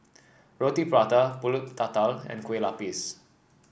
Roti Prata pulut Tatal and Kueh Lapis